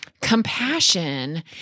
Compassion